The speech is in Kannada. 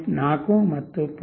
4 ಇದು 0